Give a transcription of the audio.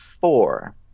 four